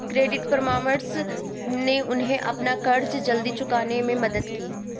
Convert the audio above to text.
credit परामर्श ने उन्हें अपना कर्ज जल्दी चुकाने में मदद की